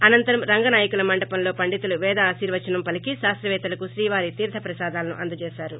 అనంతరం రంగనాయకుల మండపంలో పండితులు పేదాశ్ర్యచనం పలీకి శాస్తపేత్తలకు శ్రీవారి తీర్లప్రసాదాలను అందజేశారు